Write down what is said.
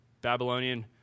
Babylonian